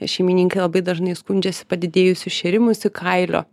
šeimininkai labai dažnai skundžiasi padidėjusiu šėrimusi kailio